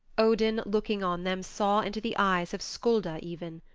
odin, looking on them, saw into the eyes of skulda even.